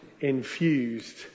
infused